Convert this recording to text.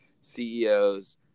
CEOs